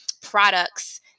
products